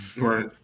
Right